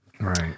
Right